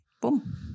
boom